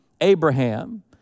Abraham